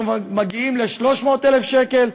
אנחנו מגיעים ל-300,000 שקל,